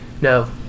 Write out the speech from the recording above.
no